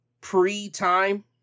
pre-time